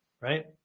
right